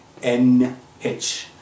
nh